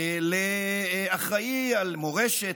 לאחראי למורשת,